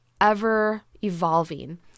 ever-evolving